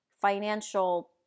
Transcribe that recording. financial